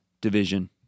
division